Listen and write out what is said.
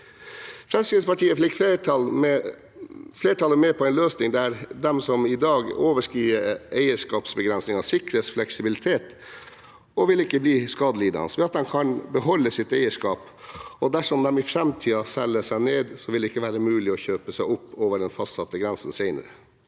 Fremskrittspartiet fikk flertallet med på en løsning der de som i dag overskrider eierskapsbegrensningene, sikres fleksibilitet og ikke blir skadelidende, ved at de kan beholde sitt eierskap. Dersom de i framtiden selger seg ned, vil det ikke være mulig å kjøpe seg opp over den fastsatte grensen senere.